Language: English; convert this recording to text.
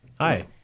Hi